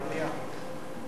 מליאה.